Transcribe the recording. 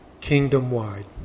kingdom-wide